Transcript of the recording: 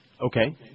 Okay